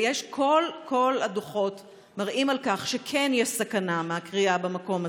וכל הדוחות מראים על כך שיש סכנה מהכרייה במקום הזה.